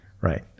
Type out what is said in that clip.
Right